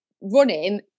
running